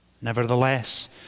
Nevertheless